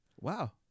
Wow